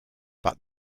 but